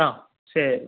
ആ ശരി